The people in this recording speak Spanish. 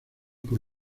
por